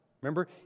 Remember